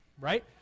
right